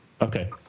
Okay